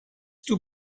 too